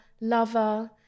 lover